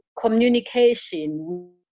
communication